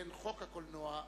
שכן חוק הקולנוע,